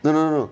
no no no